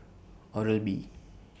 Oral B